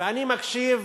ואני מקשיב